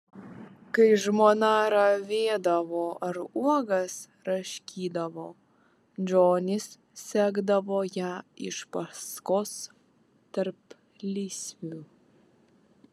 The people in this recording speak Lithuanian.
kai žmona ravėdavo ar uogas raškydavo džonis sekdavo ją iš paskos tarplysviu